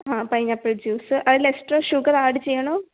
ആ pineapple juice അതിൽ extra sugar add ചെയ്യണോ